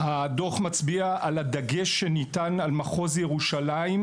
הדוח מצביע על הדגש שניתן על מחוז ירושלים,